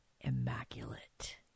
Immaculate